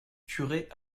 curé